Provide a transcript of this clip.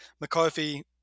McCarthy